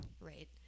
Right